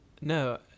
no